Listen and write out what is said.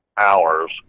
hours